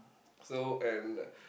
so and